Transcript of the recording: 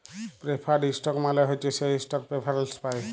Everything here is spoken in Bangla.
প্রেফার্ড ইস্টক মালে হছে সে ইস্টক প্রেফারেল্স পায়